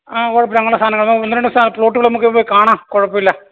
ആ കുഴപ്പമില്ല അങ്ങനുള്ള സാധനങ്ങൾ ഒന്ന് രണ്ട് പ്ലോട്ട്കൾ നമുക്ക് പോയിക്കാണാം കുഴപ്പമില്ല